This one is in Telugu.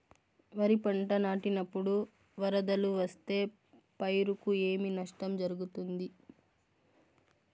వరిపంట నాటినపుడు వరదలు వస్తే పైరుకు ఏమి నష్టం జరుగుతుంది?